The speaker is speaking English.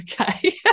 Okay